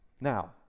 Now